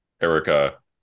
erica